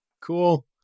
cool